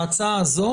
ההצעה הזו